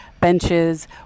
benches